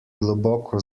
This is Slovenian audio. globoko